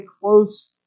close